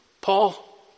Paul